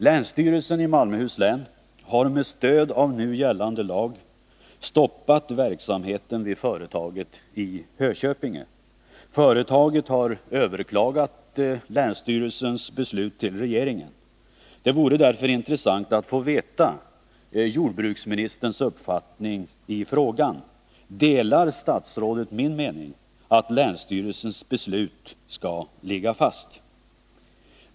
Länsstyrelsen i Malmöhus län har med stöd av nu gällande lag stoppat verksamheten vid företaget i Hököpinge. Företaget har överklagat länsstyrelsens beslut till regeringen. Det vore därför intressant att få veta jordbruksministerns uppfattning i frågan. Delar statsrådet min mening att länsstyrelsens beslut skall ligga fast?